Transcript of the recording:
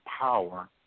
power